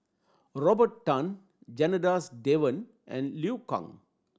Robert Tan Janadas Devan and Liu Kang